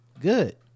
Good